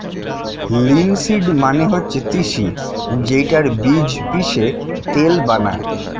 linseed মানে হচ্ছে তিসি যেইটার বীজ পিষে তেল বানায়